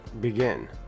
begin